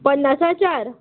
पन्नासा चार